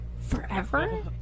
Forever